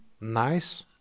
nice